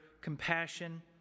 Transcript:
compassion